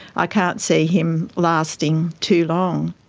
i can't see him lasting too long.